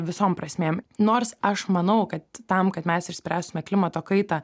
visom prasmėm nors aš manau kad tam kad mes išspręstume klimato kaitą